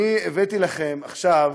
הבאתי לכם עכשיו,